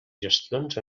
gestions